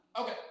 Okay